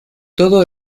todo